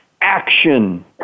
Action